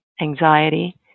anxiety